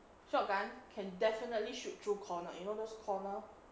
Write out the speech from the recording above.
shot gun can definitely shoot through corner you know those corner